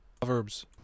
Proverbs